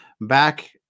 back